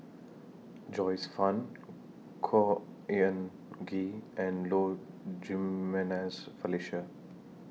Joyce fan Khor Ean Ghee and Low Jimenez Felicia